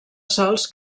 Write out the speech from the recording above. sòls